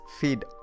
feed